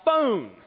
Phone